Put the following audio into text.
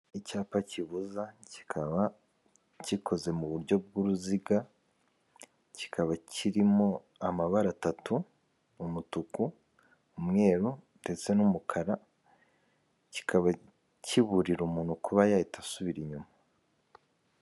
Icyapa kibuza kikaba gikoze mu buryo bw'uruziga kikaba kirimo amabara atatu umutuku, umweru ndetse n'umukara kikaba kiburira umuntu kuba yahita asubira inyuma.